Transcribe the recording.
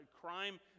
crime